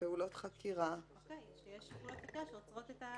פעולות שעוצרות את ההתיישנות.